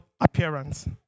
appearance